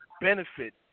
benefit